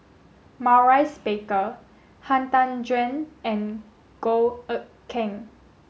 Maurice Baker Han Tan Juan and Goh Eck Kheng